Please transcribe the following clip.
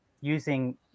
using